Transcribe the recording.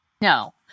no